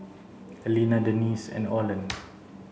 Elena Denisse and Oland